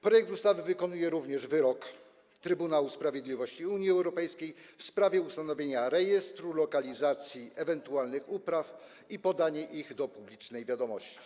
Projekt ustawy wykonuje również wyrok Trybunału Sprawiedliwości Unii Europejskiej w sprawie ustanowienia rejestru lokalizacji ewentualnych upraw i podania ich do publicznej wiadomości.